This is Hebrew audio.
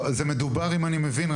אם אני מבין,